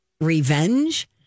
revenge